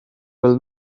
will